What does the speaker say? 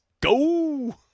go